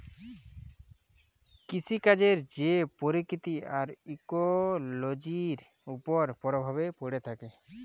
কিসিকাজের যে পরকিতি আর ইকোলোজির উপর পরভাব প্যড়ে থ্যাকে